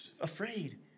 afraid